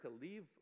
leave